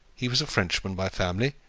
he was a frenchman by family,